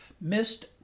missed